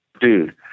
dude